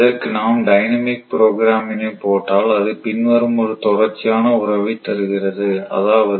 இதற்கு நாம் டைனமிக் புரோகிராமினை போட்டால் அது பின்வரும் ஒரு தொடர்ச்சியான உறவை தருகிறது அதாவது